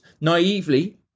naively